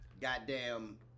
goddamn